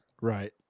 Right